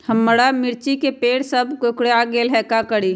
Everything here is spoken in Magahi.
हमारा मिर्ची के पेड़ सब कोकरा गेल का करी?